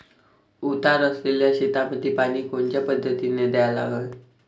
उतार असलेल्या शेतामंदी पानी कोनच्या पद्धतीने द्या लागन?